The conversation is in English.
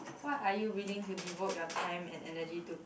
what are you willing to devote your time and energy to